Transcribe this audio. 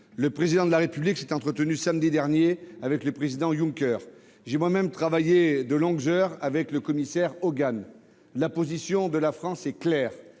Le Président de la République s'est entretenu samedi dernier avec le président Juncker. J'ai moi-même travaillé de longues heures avec le commissaire Hogan. Notre position est claire